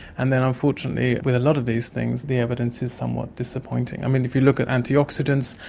and then unfortunately with a lot of these things the evidence is somewhat disappointing. i mean, if you look at antioxidants,